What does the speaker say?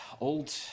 Old